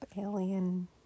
alien